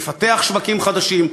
לפתח שווקים חדשים.